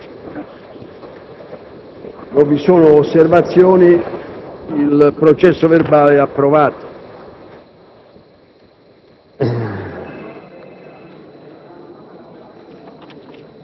Non essendovi osservazioni, il processo verbale è approvato.